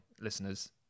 listeners